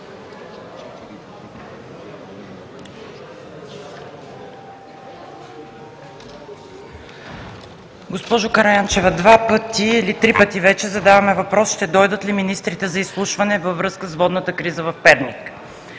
Госпожо Караянчева, два пъти или три пъти вече задаваме въпрос: ще дойдат ли министрите за изслушване във връзка с водната криза в Перник?